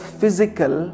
physical